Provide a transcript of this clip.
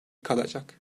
kalacak